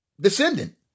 Descendant